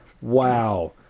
wow